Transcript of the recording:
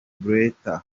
blatter